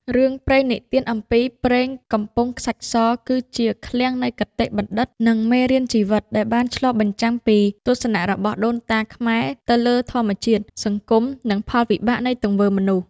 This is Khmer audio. រឿងព្រេងនិទានអំពី "ព្រេងកំពង់ខ្សាច់ស" គឺជាឃ្លាំងនៃគតិបណ្ឌិត និងមេរៀនជីវិត ដែលបានឆ្លុះបញ្ចាំងពីទស្សនៈរបស់ដូនតាខ្មែរទៅលើធម្មជាតិ សង្គម និងផលវិបាកនៃទង្វើមនុស្ស។